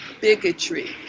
bigotry